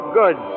good